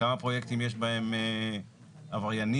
כמה פרויקטים יש בהם עבריינים?